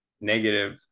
Negative